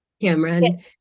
Cameron